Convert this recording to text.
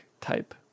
type